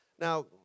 Now